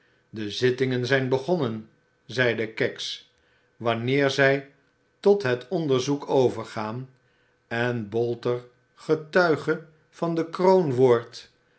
de zittingen zijn begonnen zeide kags wanneer zij tot het onderzoek overgaan en bolter getuige van de kroon wordt